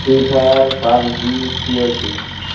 free fire PUBG C O C